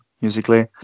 musically